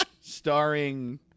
Starring